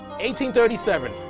1837